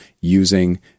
using